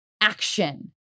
action